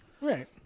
right